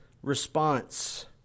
response